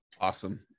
Awesome